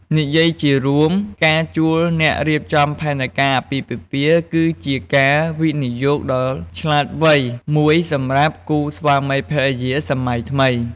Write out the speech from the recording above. និយាយជារួម ការជួលអ្នករៀបចំផែនការអាពាហ៍ពិពាហ៍គឺជាការវិនិយោគដ៏ឆ្លាតវៃមួយសម្រាប់គូស្វាមីភរិយាសម័យថ្មី។